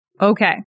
okay